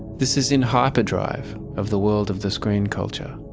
this is in hyper-drive of the world of the screen culture